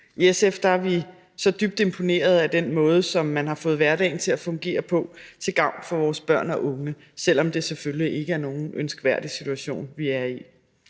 I SF er vi dybt imponerede over den måde, som man har fået hverdagen til at fungere på til gavn for vores børn og unge, selv om det selvfølgelig ikke er nogen ønskværdig situation, vi er i.